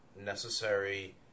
necessary